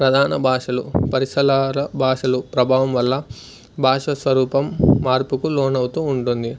ప్రధాన భాషలు పరిసలాల భాషలు ప్రభావం వల్ల భాష స్వరూపం మార్పుకు లోనవుతూ ఉంటుంది